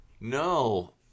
no